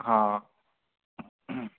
हा